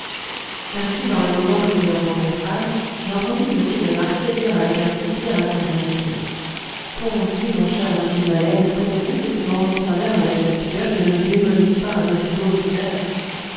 ainsi dans le moment que nous le rencontrâmes j'entendis m de marquet dire avec un soupir à son greffier pourvu mon cher monsieur maleine pourvu que cet entrepreneur avec sa pioche ne nous démolisse pas un aussi beau mystère